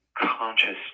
consciousness